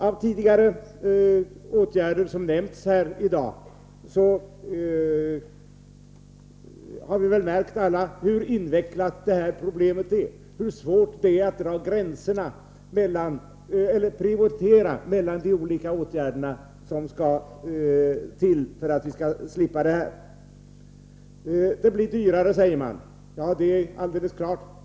Av de åtgärder som nämnts tidigare här i dag har vi väl alla märkt hur invecklat problemet är och hur svårt det är att prioritera mellan de olika åtgärder som skall till för att vi skall slippa försurningen. Det blir dyrare, säger man. Ja, det är alldeles klart.